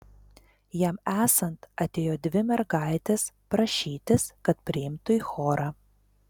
jam esant atėjo dvi mergaitės prašytis kad priimtų į chorą